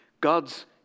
God's